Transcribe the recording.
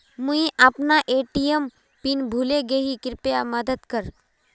मुई अपना ATM PIN भूले गही कृप्या मदद कर